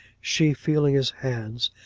she feeling his hands,